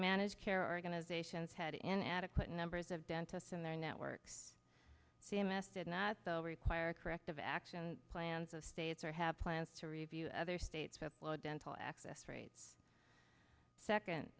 managed care organizations had inadequate numbers of dentists in their network c m s did not though require corrective action plans of states or have plans to review other states have dental access rate second